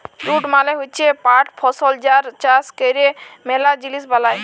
jute মালে হচ্যে পাট ফসল যার চাষ ক্যরে ম্যালা জিলিস বালাই